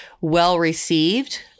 Well-received